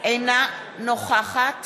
אינה נוכחת